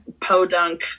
podunk